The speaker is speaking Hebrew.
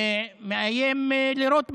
הוא מאיים לירות בהם.